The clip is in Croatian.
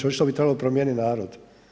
Očito bi trebalo promijeniti narod.